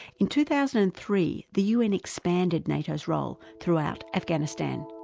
in two thousand and three the un expanded nato's role throughout afghanistan.